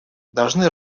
должны